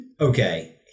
okay